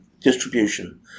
distribution